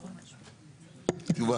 תשובה?